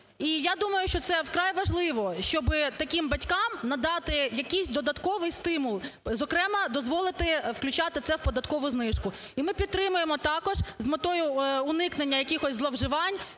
І я думаю, що це вкрай важливо, щоб таким батькам надати якийсь додатковий стимул, зокрема дозволити включати це в податкову знижку. І ми підтримуємо також з метою уникнення якихось зловживань,